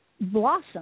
blossom